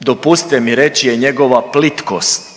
dopustite mi reći je njegova plitkost.